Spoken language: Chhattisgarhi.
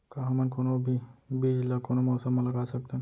का हमन कोनो भी बीज ला कोनो मौसम म लगा सकथन?